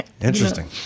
Interesting